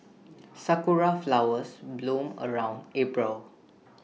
Sakura Flowers bloom around April